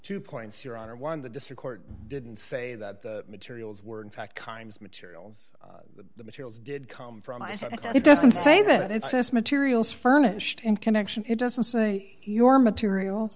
two points your honor one the district court didn't say that the materials were in fact kinds of materials the materials did come from i said it doesn't say that it says materials furnished in connection it doesn't say your material